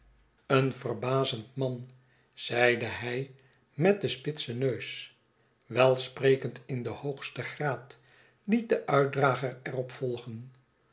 een verbazend man zeide hij met den spitsen neus welsprekend in den hoogsten graad liet de uitdrager er op volgen